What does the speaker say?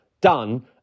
done